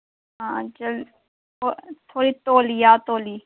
हा चल थोह्ड़ी तौली आ तौली